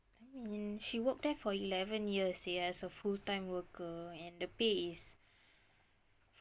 I mean she worked there for eleven years sia as a full time worker and the pay is